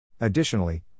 Additionally